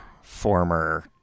former